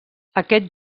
aquest